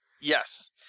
Yes